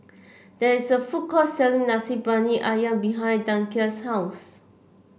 there is a food court selling Nasi Briyani ayam behind Danica's house